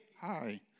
Hi